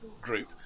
group